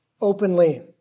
openly